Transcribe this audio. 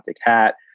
hat